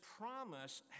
promise